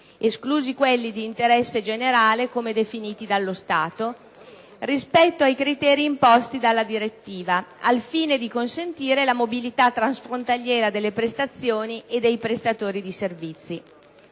esclusi quelli di interesse generale come definiti dallo Stato - rispetto ai criteri imposti dalla direttiva, al fine di consentire la mobilità transfrontaliera delle prestazioni e dei prestatori di servizi.